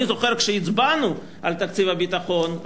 אני זוכר כשהצבענו על תקציב הביטחון,